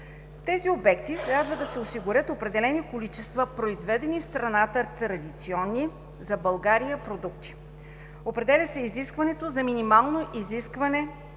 В тези обекти трябва да се осигурят определени количества произведени в страната традиционни за България продукти. Определя се изискването за минимално изискване